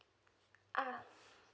ah